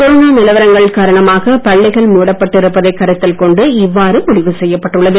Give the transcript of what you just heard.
corona நிலவரங்கள் காரணமாக பள்ளிகள் மூடப்பட்டு இருப்பதை கருத்தில் கொண்டு இவ்வாறு முடிவு செய்யப்பட்டுள்ளது